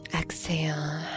Exhale